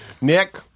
Nick